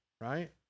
right